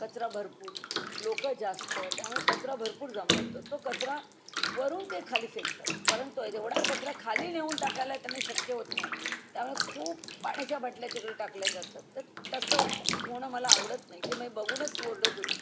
कचरा भरपूर लोक जास्त त्यामुळे कचरा भरपूर जमा होतो तो कचरा वरून ते खाली फेकतात कारण तो एवढा कचरा खाली नेऊन टाकायला त्यांना शक्य होत नाही त्यामुळे खूप पाण्याच्या बाटल्या तिकडे टाकल्या जातात तर तसं होणं मला आवडत नाही ते मी बघूनच ओरडत होती